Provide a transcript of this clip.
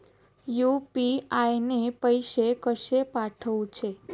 UPI ने पैशे कशे पाठवूचे?